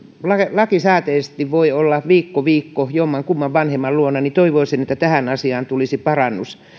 lakisääteisesti voi olla vuoroviikoin jommankumman vanhemman luona niin toivoisin että tähän asiaan tulisi parannus